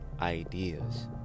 ideas